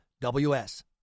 WS